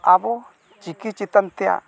ᱟᱵᱚ ᱪᱤᱠᱤ ᱪᱮᱛᱟᱱ ᱛᱮᱭᱟᱜ